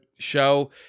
show